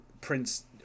Prince